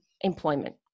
employment